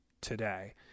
today